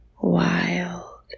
Wild